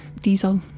diesel